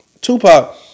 Tupac